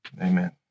Amen